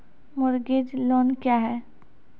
Mortgage loan क्या है?